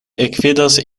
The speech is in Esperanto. ekvidas